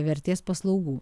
vertės paslaugų